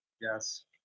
Yes